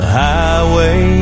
highway